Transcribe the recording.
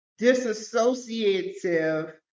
disassociative